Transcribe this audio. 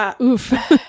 oof